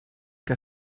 que